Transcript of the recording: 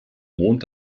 mond